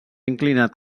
inclinat